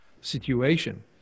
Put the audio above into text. situation